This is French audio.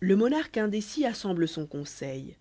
le monarque indécis assemble son conseil